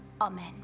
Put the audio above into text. Amen